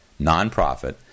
nonprofit